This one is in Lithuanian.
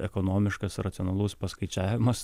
ekonomiškas racionalus paskaičiavimas